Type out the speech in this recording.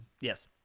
Yes